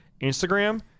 Instagram